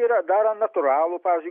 yra daro natūralų pavyzdžiui